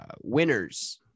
winners